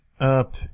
up